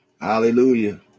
Hallelujah